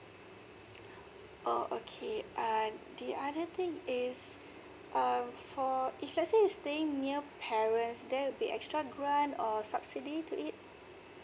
oh okay err the other thing is um for if let's say you stay near parents there will be extra grant or subsidy to it